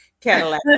Cadillac